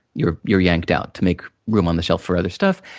you're you're yanked out to make room on the shelf for other stuff.